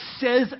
says